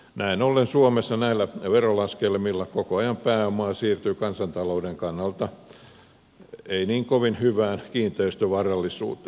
näin ollen suomessa näillä verolaskelmilla koko ajan pääomaa siirtyy kansantalouden kannalta ei niin kovin hyvään kiinteistövarallisuuteen